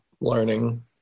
learning